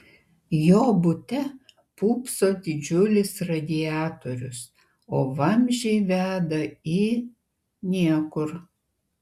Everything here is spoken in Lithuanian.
jo bute pūpso didžiulis radiatorius o vamzdžiai veda į niekur